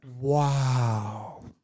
Wow